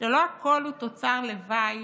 שלא הכול הוא תוצר לוואי